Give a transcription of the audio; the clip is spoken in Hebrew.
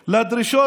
נא לסיים.